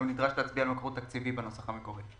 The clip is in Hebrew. גם נדרש להצביע על מקור תקציבי בנוסח המקורי.